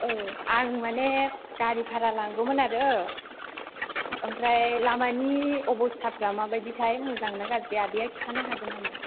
औ आं माने गारि बारा लांगौमोन आरो ओमफ्राय लामानि अबस्थाफ्रा माबायदि थाइ मोजांना गाज्रि आदैया खिथानो हागोन नामा